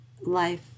life